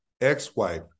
ex-wife